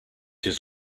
his